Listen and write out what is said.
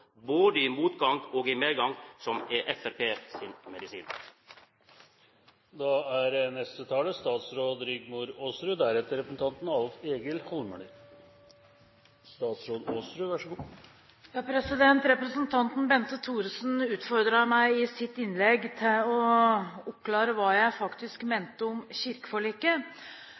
både i motgang og i medgang, som er Framstegspartiet sin medisin. Representanten Bente Thorsen utfordret meg i sitt innlegg til å oppklare hva jeg faktisk mente om kirkeforliket.